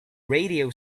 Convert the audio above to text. radio